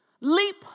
Leap